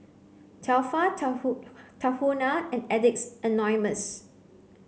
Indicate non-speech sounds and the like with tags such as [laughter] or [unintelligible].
Tefal [unintelligible] Tahuna and Addicts Anonymous